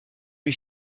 lui